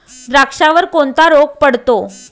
द्राक्षावर कोणता रोग पडतो?